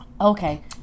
Okay